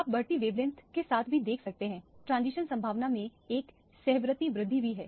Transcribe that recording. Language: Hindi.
आप बढ़ती वेवलेंथके साथ भी देख सकते हैं ट्रांजिशन संभावना में एक सहवर्ती वृद्धि भी है